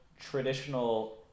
traditional